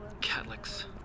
Catholics